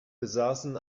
besaßen